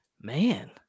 Man